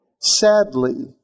Sadly